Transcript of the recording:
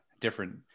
different